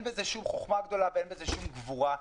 בזה שום חוכמה גדולה ואין בזה שום גבורה.